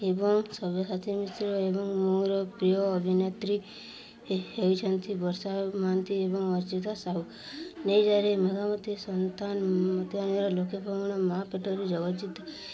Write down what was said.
ଏବଂ ସବ୍ୟସାଚୀ ମିଶ୍ର ଏବଂ ମୋର ପ୍ରିୟ ଅଭିନେତ୍ରୀ ହେଉଛନ୍ତି ବର୍ଷା ମହାନ୍ତି ଏବଂ ଅର୍ଚ୍ଚିତା ସାହୁ ନେଇଜାରେ ମେଘ ମୋତେ ସନ୍ତାନ ମୋତେ ଆଣିଦେଲ ଲକ୍ଷେ ଫଗୁଣ ମା' ପେଟରୁ ଜଗତଜିତା